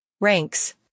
ranks